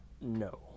no